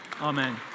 Amen